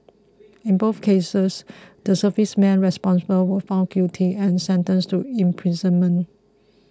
in both cases the serviceman responsible were found guilty and sentenced to imprisonment